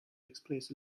express